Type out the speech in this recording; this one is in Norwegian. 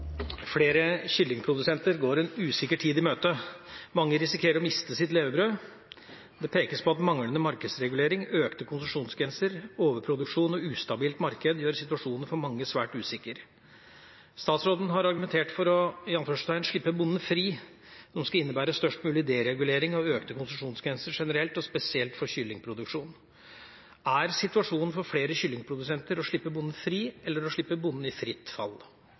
en usikker tid i møte. Mange risikerer å miste sitt levebrød. Det pekes på at manglende markedsregulering, økte konsesjonsgrenser, overproduksjon og ustabilt marked gjør situasjonen for mange svært usikker. Statsråden har argumentert for «å slippe bonden fri», som skal innebære størst mulig deregulering og økte konsesjonsgrenser generelt og spesielt for kyllingproduksjon. Er situasjonen for flere kyllingprodusenter «å slippe bonden fri» eller slippe «bonden i fritt fall»?»